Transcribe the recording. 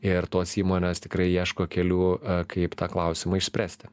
ir tos įmonės tikrai ieško kelių kaip tą klausimą išspręsti